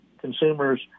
consumers